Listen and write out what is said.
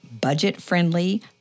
budget-friendly